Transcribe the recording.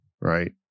right